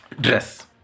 dress